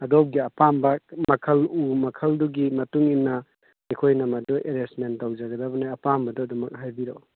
ꯑꯗꯣꯝꯒꯤ ꯑꯄꯥꯝꯕ ꯃꯈꯜ ꯎ ꯃꯈꯜꯗꯨꯒꯤ ꯃꯇꯨꯡꯏꯟꯅ ꯑꯩꯈꯣꯏꯅ ꯃꯗꯨ ꯑꯦꯔꯦꯟꯁꯃꯦꯟ ꯇꯧꯖꯒꯗꯕꯅꯤ ꯑꯄꯥꯝꯕꯗꯨ ꯑꯗꯨꯃꯛ ꯍꯥꯏꯕꯤꯔꯛꯎ